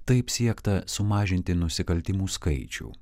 taip siekta sumažinti nusikaltimų skaičių